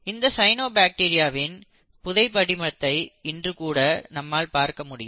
இந்த சயனோபாக்டீரியா வின் புதைபடிமத்தை இன்று கூட நம்மால் பார்க்க முடியும்